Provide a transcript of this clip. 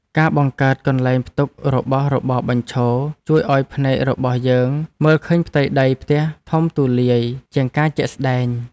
ការបង្កើតកន្លែងផ្ទុករបស់របរបញ្ឈរជួយឱ្យភ្នែករបស់យើងមើលឃើញផ្ទៃដីផ្ទះធំទូលាយជាងការជាក់ស្តែង។